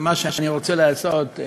ומה שאני רוצה לעשות,